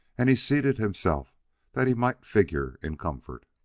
and he seated himself that he might figure in comfort.